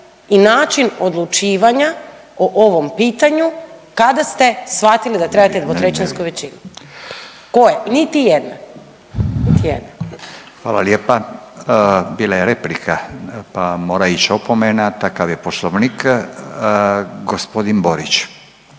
i način odlučivanja o ovom pitanju kada ste shvatili da trebate dvotrećinsku većinu, koje, niti jedne, niti jedne. **Radin, Furio (Nezavisni)** Hvala lijepa, bila je replika, pa mora ić opomena, takav je poslovnik. Gospodin Borić.